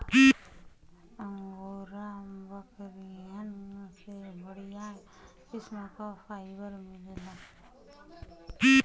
angora बकरियन से बढ़िया किस्म क फाइबर मिलला